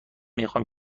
میخوام